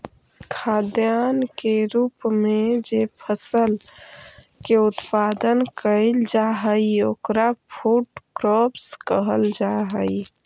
खाद्यान्न के रूप में जे फसल के उत्पादन कैइल जा हई ओकरा फूड क्रॉप्स कहल जा हई